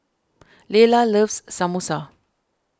Laylah loves Samosa